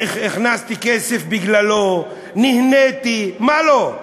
הכנסתי כסף בגללו, נהניתי, ומה לא.